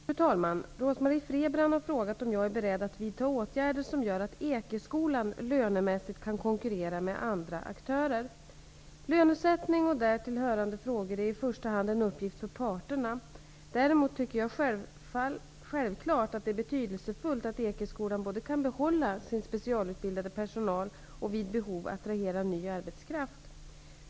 Fru talman! Rose-Marie Frebran har frågat om jag är beredd att vidta åtgärder som gör att Ekeskolan lönemässigt kan konkurrera med andra aktörer. Lönesättning och därtill hörande frågor är i första hand en uppgift för parterna. Däremot tycker jag självfallet att det är betydelsefullt att Ekeskolan både kan behålla sin specialutbildade personal och vid behov attrahera ny arbetskraft.